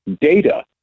data